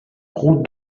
route